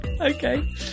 Okay